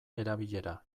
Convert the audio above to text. erabilera